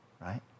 Right